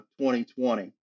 2020